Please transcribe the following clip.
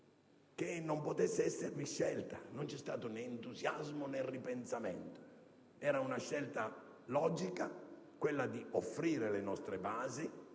che non potesse esservi scelta. Non c'è stato né entusiasmo, né ripensamento: era una scelta logica quella di offrire le nostre basi,